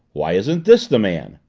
why isn't this the man?